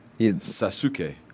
Sasuke